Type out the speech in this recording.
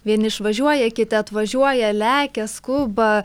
vieni išvažiuoja kiti atvažiuoja lekia skuba